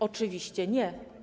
Oczywiście nie.